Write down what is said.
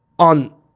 On